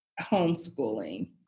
homeschooling